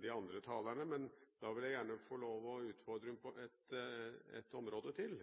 de andre talerne. Men jeg vil gjerne få lov til å utfordre henne på ett område til.